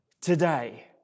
today